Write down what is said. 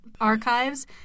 archives